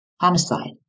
homicide